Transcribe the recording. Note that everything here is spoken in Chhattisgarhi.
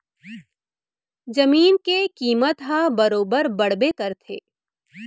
जमीन के कीमत ह बरोबर बड़बे करथे